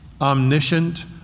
omniscient